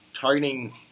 Targeting